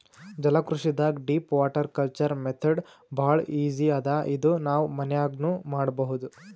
ಜಲಕೃಷಿದಾಗ್ deep water culture method ಭಾಳ್ easy ಅದಾ ಇದು ನಾವ್ ಮನ್ಯಾಗ್ನೂ ಮಾಡಬಹುದ್